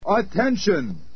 Attention